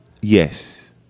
yes